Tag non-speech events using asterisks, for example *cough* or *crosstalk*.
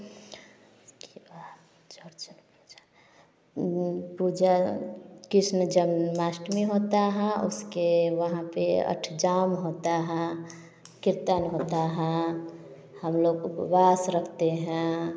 *unintelligible* पूजा कृष्ण जन्माष्टमी होता है उसके वहाँ पर अठजाम होता है कीर्तन होता है हम लोग उपवास रखते हैं